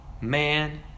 man